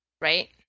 right